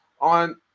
on